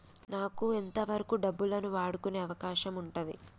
నాకు ఎంత వరకు డబ్బులను వాడుకునే అవకాశం ఉంటది?